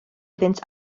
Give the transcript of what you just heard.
iddynt